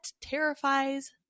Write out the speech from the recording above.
terrifies